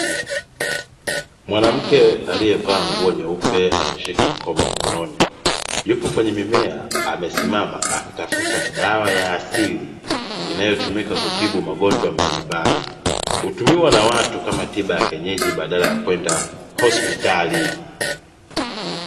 Mwanamke aliyevaa nguo nyeupe ameshika mkoba mkononi, yupo kwenye mimea amesimama akitafuta dawa ya asili inayotumika kutibu magonjwa mbalimbali. Hutumiwa na watu kama tiba ya kienyeji badala ya kwenda hospitali.